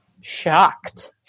shocked